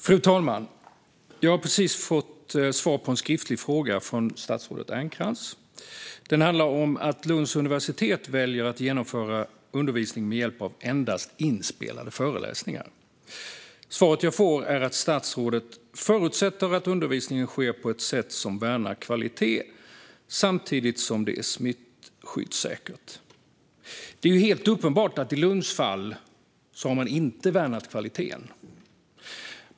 Fru talman! Jag har precis fått svar från statsrådet Ernkrans på en skriftlig fråga. Den handlade om att Lunds universitet väljer att genomföra undervisning med hjälp av endast inspelade föreläsningar. Svaret jag fick var att statsrådet förutsätter att undervisningen sker på ett sätt som värnar kvalitet samtidigt som det är smittskyddssäkert. Det är helt uppenbart att man i Lunds fall inte har värnat kvaliteten.